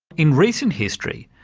in recent history,